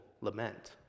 lament